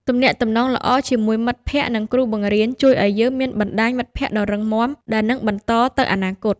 ទំនាក់ទំនងល្អជាមួយមិត្តភក្តិ និងគ្រូបង្រៀនជួយឲ្យយើងមានបណ្តាញមិត្តភក្តិដ៏រឹងមាំដែលនឹងបន្តទៅអនាគត។